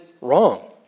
wrong